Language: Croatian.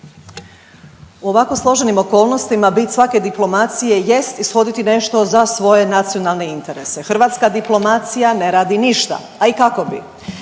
U ovako složenim okolnostima bit svake diplomacije jest ishoditi nešto za svoje nacionalne interese. Hrvatska diplomacija ne radi ništa, a i kako bi.